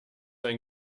ein